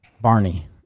Barney